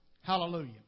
Hallelujah